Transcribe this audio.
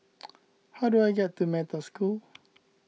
how do I get to Metta School